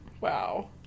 Wow